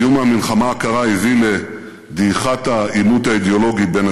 סיום המלחמה הקרה הביא לדעיכת העימות האידיאולוגי בין